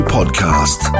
Podcast